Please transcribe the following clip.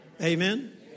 Amen